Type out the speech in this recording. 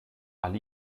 all